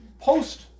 post